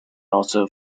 also